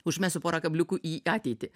užmesiu porą kabliukų į ateitį